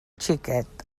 xiquet